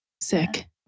Sick